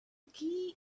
key